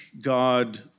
God